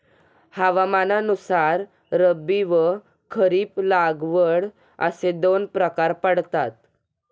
हवामानानुसार रब्बी व खरीप लागवड असे दोन प्रकार पडतात